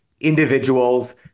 individuals